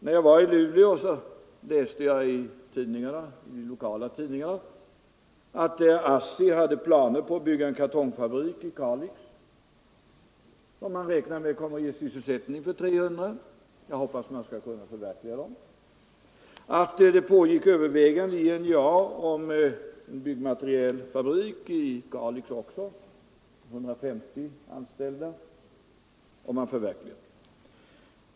När jag var i Luleå läste jag i de lokala tidningarna att ASSI har planer på att bygga en kartongfabrik i Kalix, som man beräknar kommer att kunna ge sysselsättning för 300 personer. Jag hoppas man skall kunna förverkliga de planerna. Det framgick vidare att man i NJA överväger att etablera en byggmaterialfabrik, också den i Kalix, där 150 personer kan anställas.